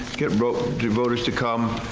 get voters to come.